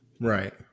Right